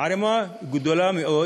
ערימה גדולה מאוד